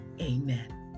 amen